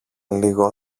λίγο